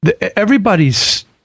everybody's